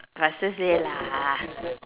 faster say lah